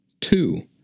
Two